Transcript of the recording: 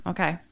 Okay